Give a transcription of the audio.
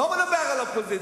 אני לא מדבר על האופוזיציה,